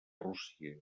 rússia